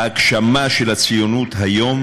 ההגשמה של הציונות היום